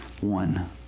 one